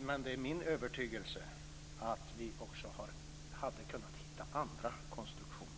Men det är min övertygelse att vi också hade kunnat hitta andra konstruktioner.